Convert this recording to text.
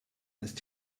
ist